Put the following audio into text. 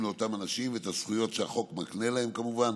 לאותם אנשים ואת הזכויות שהחוק מקנה להם" כמובן.